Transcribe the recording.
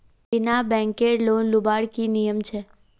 बिना बैंकेर लोन लुबार की नियम छे?